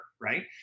right